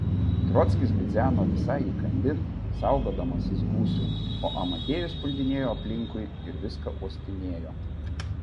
trockis bidzeno visai įkandin saugodamasis gūsių o amadėjus puldinėjo aplinkui ir viską uostinėjo